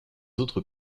autres